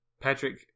Patrick